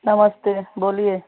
नमस्ते बोलिए